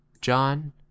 John